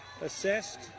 Assessed